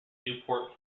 newport